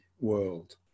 world